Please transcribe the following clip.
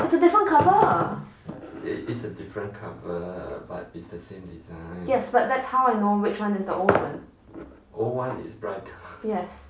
there's a different cover yes but that's how I know which one is the old one yes